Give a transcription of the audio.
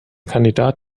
kandidat